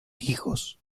hijos